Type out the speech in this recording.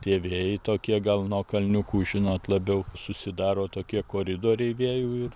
tie vėjai tokie gal nuo kalniukų žinot labiau susidaro tokie koridoriai vėjų ir